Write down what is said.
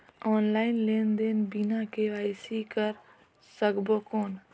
Online लेनदेन बिना KYC कर सकबो कौन??